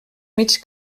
mig